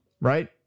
right